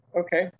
Okay